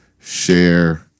share